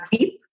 deep